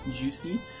juicy